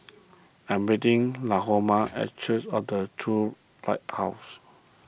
I am meeting Lahoma at Church of the True Light House